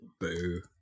Boo